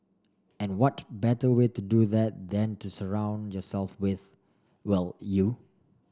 and what better way to do that than to surround yourself with well you